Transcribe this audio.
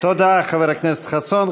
תודה, חבר הכנסת חסון.